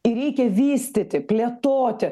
ir reikia vystyti plėtoti